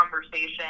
conversation